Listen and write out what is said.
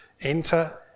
Enter